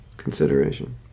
consideration